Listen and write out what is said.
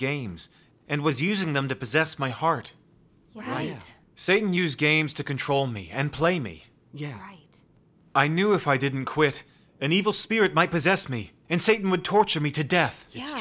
games and was using them to possess my heart my same used games to control me and play me yeah i knew if i didn't quit an evil spirit might possess me and satan would torture me to death